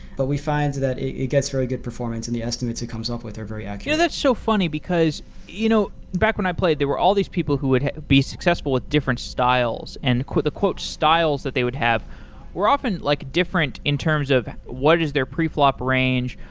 but we find that it gets very good performance and the estimates it comes off with are very accurate. that's so funny because you know back when i played, there were all these people who would be successful with different styles. and the styles that they would were often like different in terms of what is their pre-flop range,